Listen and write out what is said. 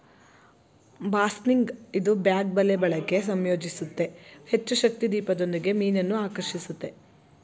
ಬಾಸ್ನಿಗ್ ಇದು ಬ್ಯಾಗ್ ಬಲೆ ಬಳಕೆ ಸಂಯೋಜಿಸುತ್ತೆ ಹೆಚ್ಚುಶಕ್ತಿ ದೀಪದೊಂದಿಗೆ ಮೀನನ್ನು ಆಕರ್ಷಿಸುತ್ತೆ